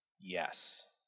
Yes